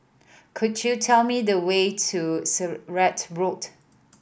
could you tell me the way to Sirat Road